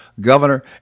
Governor